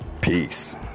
Peace